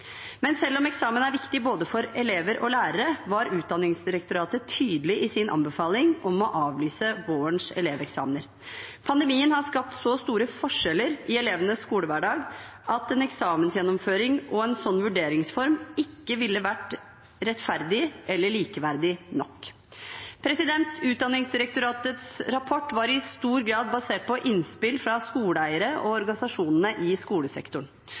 Men selv om eksamen er viktig for både elever og lærere, var Utdanningsdirektoratet tydelig i sin anbefaling om å avlyse vårens eleveksamener. Pandemien har skapt så store forskjeller i elevenes skolehverdag at en eksamensgjennomføring og en slik vurderingsform ikke ville ha vært rettferdig eller likeverdig nok. Utdanningsdirektoratets rapport var i stor grad basert på innspill fra skoleeierne og organisasjonene i skolesektoren.